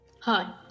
Hi